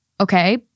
Okay